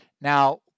Now